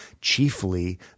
chiefly